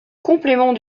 complément